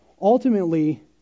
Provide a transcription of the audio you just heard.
ultimately